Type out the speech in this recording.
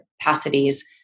capacities